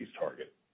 target